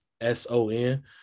S-O-N